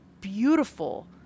beautiful